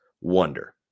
wonder